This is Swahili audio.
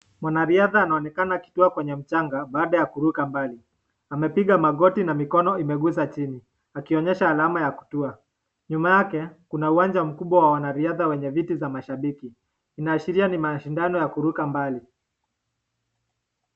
Mwanariadha anaonekana akitua kwenye mchanga baada ya kuruka mbali. Amepiga magoti na mikono imeguza chini akionyesha alama ya butwaa. Nyuma yake kuna uwanja mkubwa wa wanariadha wenye viti za mashabiki inaashiria ni mashindano ya kuruka mbali.